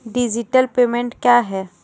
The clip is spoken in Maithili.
डिजिटल पेमेंट क्या हैं?